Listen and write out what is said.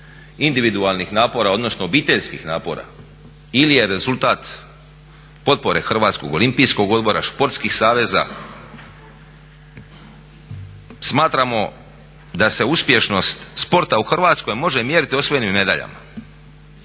individualnih napora odnosno obiteljskih napora ili je rezultat potpore HOO-a, športskih saveza. Smatramo da se uspješnost sporta u Hrvatskoj može mjeriti osvojenim medaljama.